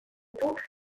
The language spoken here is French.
tout